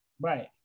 Right